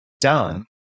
done